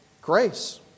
Grace